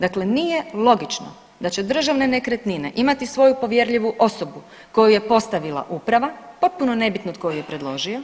Dakle, nije logično da će državne nekretnine imati svoju povjerljivu osobu koju je postavila uprava, potpuno nebitno tko ju je predložio